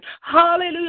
hallelujah